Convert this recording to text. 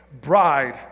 bride